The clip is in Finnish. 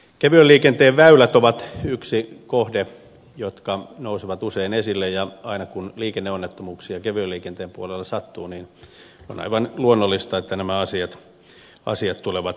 kevyen liikenteen väylät ovat yksi kohde joka nousee usein esille ja aina kun liikenneonnettomuuksia kevyen liikenteen puolella sattuu on aivan luonnollista että nämä asiat tulevat esille